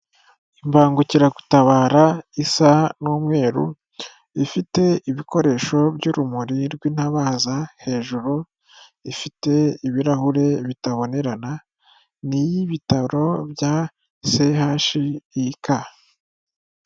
Imbangukiragutabara isa n'umweru ifite ibikoresho by'urumuri rw'intabaza hejuru, ifite ibirahure bitabonerana ni iy'ibitaro bya CHUK.